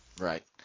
Right